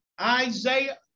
Isaiah